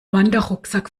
wanderrucksack